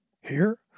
Here